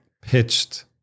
pitched